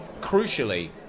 Crucially